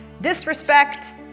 disrespect